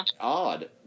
odd